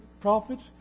prophets